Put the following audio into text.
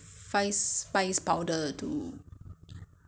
if you want it to the tender you have to cook for about one hour you know